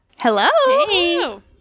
hello